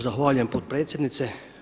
Zahvaljujem potpredsjednice.